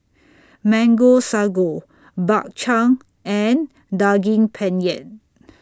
Mango Sago Bak Chang and Daging Penyet